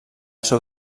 seu